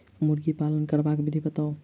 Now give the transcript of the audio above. मुर्गी पालन करबाक विधि बताऊ?